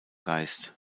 geist